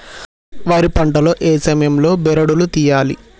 వరి పంట లో ఏ సమయం లో బెరడు లు తియ్యాలి?